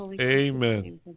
Amen